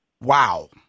Wow